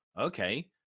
okay